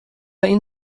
این